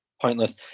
pointless